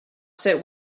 sit